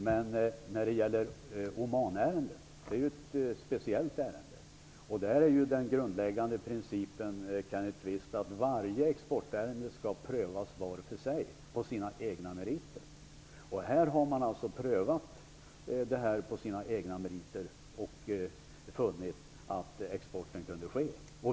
Men Omanärendet är ju ett speciellt ärende. Den grundläggande principen är, Kenneth Kvist, att varje exportärende skall prövas var för sig på dess egna meriter. Här har man alltså prövat ärendet på dess egna meriter och funnit att export kunde ske.